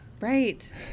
right